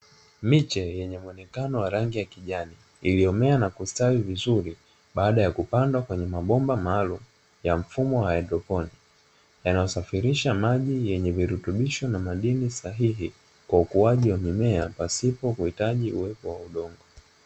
Miche yenye muonekano wa rangi ya kijani iliyomea na kustawi vizuri baada ya kupandwa kwenye mabomba maalumu ya mfumo wa haidroponi, yanayosafirisha maji yenye virutubisho na madini sahihi wa ukuwaji wa mimea pasipo kuhitaji uwepo wa udongo.